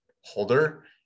holder